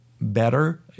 better